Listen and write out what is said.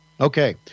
Okay